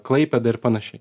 klaipėda ir panašiai